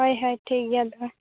ᱦᱳᱭ ᱦᱳᱭ ᱴᱷᱤᱠ ᱜᱮᱭᱟ ᱛᱚᱵᱮ